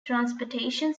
transportation